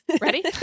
ready